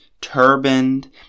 turbaned